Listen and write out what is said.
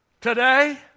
Today